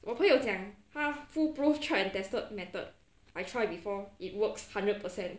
我朋友讲他 foolproof tried and tested method I try before it works hundred percent